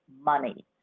money